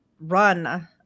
run